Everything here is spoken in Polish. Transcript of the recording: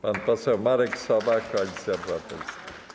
Pan poseł Marek Sowa, Koalicja Obywatelska.